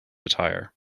attire